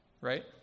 Right